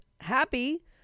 happy